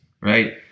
right